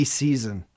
season